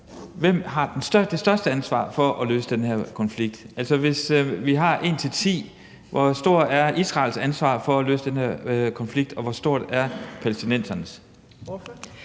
der har det største ansvar for at løse den her konflikt – altså, hvis vi har en skala fra en til ti – hvor stort er Israels ansvar for at løse den her konflikt så, og hvor stort er palæstinensernes